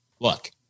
look